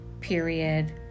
period